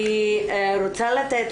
אני רוצה לתת